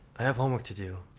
i have homework to do.